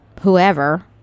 whoever